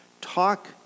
talk